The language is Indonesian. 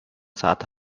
saat